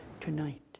tonight